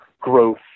growth